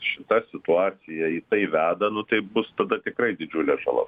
šita situacija į tai veda nu tai bus tada tikrai didžiulė žala